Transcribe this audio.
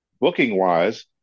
Booking-wise